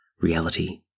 reality